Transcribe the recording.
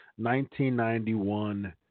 1991